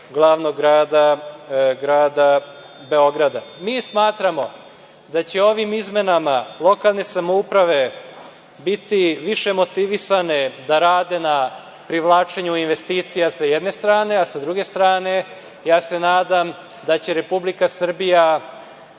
grada, grada Beograda. Mi smatramo da će ovim izmenama lokalne samouprave biti više motivisane da rade na privlačenju investicija, s jedne strane, a sa druge strane, nadam se da će Republika Srbija